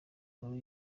nkuru